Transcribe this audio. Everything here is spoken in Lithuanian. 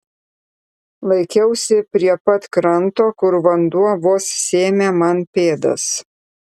laikiausi prie pat kranto kur vanduo vos sėmė man pėdas